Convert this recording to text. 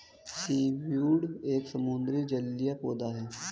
seaweed एक समुद्री जलीय पौधा है